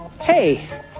Hey